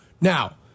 Now